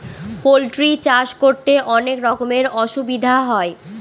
poultry চাষ করতে অনেক রকমের অসুবিধা হয়